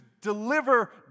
deliver